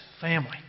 family